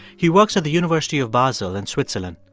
he works at the university of basel in switzerland.